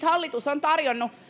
hallitus on tarjonnut